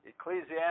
Ecclesiastes